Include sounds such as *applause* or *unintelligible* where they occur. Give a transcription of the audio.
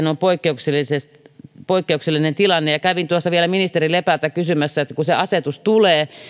*unintelligible* on poikkeuksellinen tilanne kävin tuossa vielä ministeri lepältä kysymässä että kun se asetus tulee